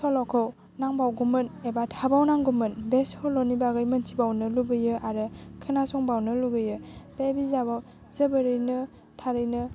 सल'खौ नांबावगौमोन एबा थाबाव नांगौमोन बे सल'नि बागै मिन्थिबावनो लुबैयो आरो खोनासंबावनो लुगैयो बे बिजाबाव जोबोरैनो थारैनो